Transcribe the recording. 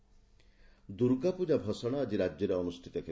ଭସାଣ ଦୁର୍ଗାପ୍ତଜା ଭସାଶ ଆକି ରାଜ୍ୟରେ ଅନୁଷିତ ହେବ